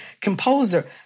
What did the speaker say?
composer